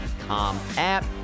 app